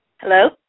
Hello